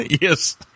Yes